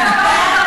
תודה רבה.